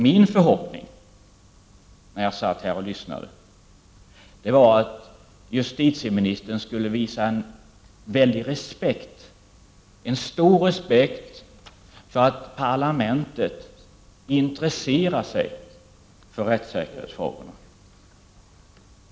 När jag satte mig för att lyssna till svaret var min förhoppning att justitieministern skulle visa en stor respekt för att parlamentet intresserar sig för rättssäkerhetsfrågor.